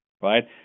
Right